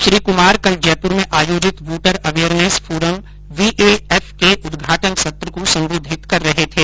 श्री कुमार कल जयपुर में आयोजित वोटर अवेयरनेस फोरम वीएएफ के उद्घाटन सत्र को संबोधित कर रहे थे